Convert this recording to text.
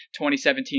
2017